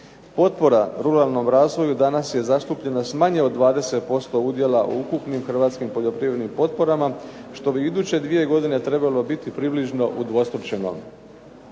Potpora ruralnom razvoju danas je zastupljena s manje od 20% udjela u ukupnim hrvatskim poljoprivrednim potporama što bi u iduće dvije godine trebalo biti otprilike udvostručeno.